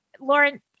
Lauren